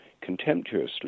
contemptuously